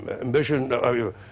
ambition